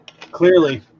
Clearly